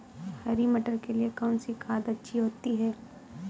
हरी मटर के लिए कौन सी खाद अच्छी होती है?